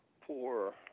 poor